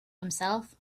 himself